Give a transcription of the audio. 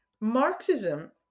marxism